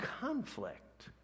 conflict